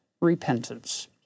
repentance